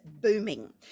booming